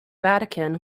vatican